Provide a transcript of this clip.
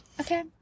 Okay